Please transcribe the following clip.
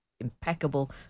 impeccable